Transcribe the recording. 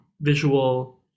visual